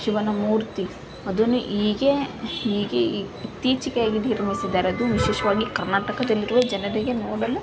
ಶಿವನ ಮೂರ್ತಿ ಅದನ್ನು ಹೀಗೆ ಹೀಗೆ ಇತ್ತೀಚಿಗೆ ಆಗಿ ನಿರ್ಮಿಸಿದ್ದಾರೆ ಅದು ವಿಶೇಷವಾಗಿ ಕರ್ನಾಟಕದಲ್ಲಿರುವ ಜನರಿಗೆ ನೋಡಲು